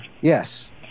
yes